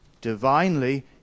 Divinely